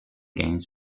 games